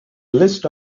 list